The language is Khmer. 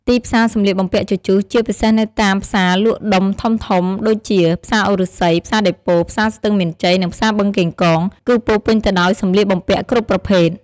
ទីផ្សារសម្លៀកបំពាក់ជជុះ ជាពិសេសនៅតាមផ្សារលក់ដុំធំៗដូចជា ផ្សារអូរឫស្សី ផ្សារដេប៉ូ ផ្សារស្ទឹងមានជ័យ និងផ្សារបឹងកេងកង គឺពោរពេញទៅដោយសម្លៀកបំពាក់គ្រប់ប្រភេទ។